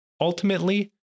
Ultimately